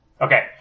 Okay